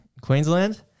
Queensland